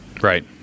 Right